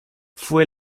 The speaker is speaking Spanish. fue